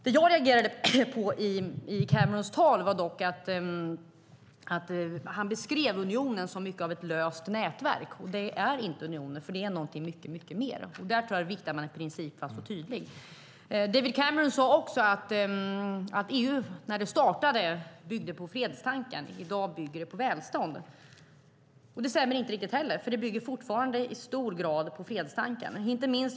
Det jag reagerade på i Camerons tal var dock att han beskrev unionen som ett löst nätverk, och det är inte unionen, utan den är mycket mer än så. Jag tror att det är viktigt att man är principfast och tydlig när det gäller det. David Cameron sade också att EU när det startade byggde på fredstanken men att det i dag bygger på välstånd. Det stämmer inte riktigt heller, för det bygger fortfarande i hög grad på fredstanken.